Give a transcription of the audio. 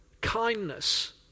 kindness